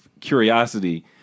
curiosity